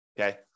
okay